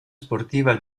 sportiva